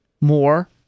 more